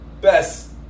best